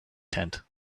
tent